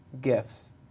gifts